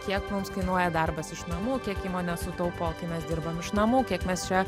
kiek mums kainuoja darbas iš namų kiek įmonė sutaupo kai mes dirbam iš namų kiek mes čia